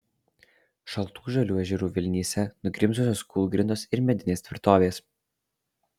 šaltų žalių ežerų vilnyse nugrimzdusios kūlgrindos ir medinės tvirtovės